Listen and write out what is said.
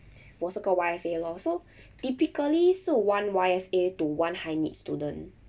我是个 Y_F_A lor so typically 是 one Y_F_A to one high need student